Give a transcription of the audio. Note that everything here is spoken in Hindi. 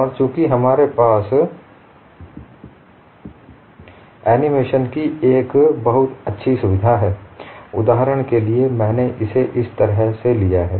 और चूंकि हमारे पास एनीमेशन की एक अच्छी सुविधा है उदाहरण के लिए मैंने इसे इस तरह से लिया है